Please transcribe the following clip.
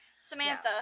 Samantha